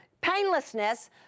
painlessness